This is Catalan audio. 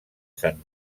sant